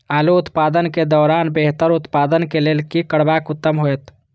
आलू उत्पादन के दौरान बेहतर उत्पादन के लेल की करबाक उत्तम होयत?